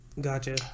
Gotcha